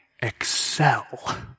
excel